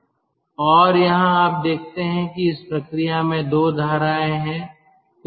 और यहां आप देखते हैं कि इस प्रक्रिया में 2 धाराएं हैं